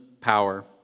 power